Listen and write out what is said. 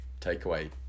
takeaway